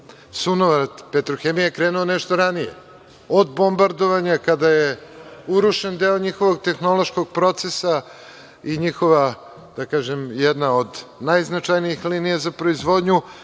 Sunovrat „Petrohemije“ je krenuo nešto ranije, od bombardovanja kada je urušen deo njihovog tehnološkog procesa i njihova, da kažem, jedna od najznačajnijih linija za proizvodnju,